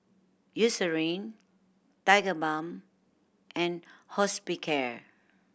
Eucerin Tigerbalm and Hospicare